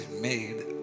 made